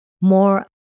More